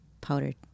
powdered